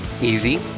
easy